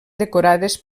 decorades